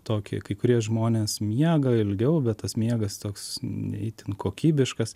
tokį kai kurie žmonės miega ilgiau bet tas miegas toks ne itin kokybiškas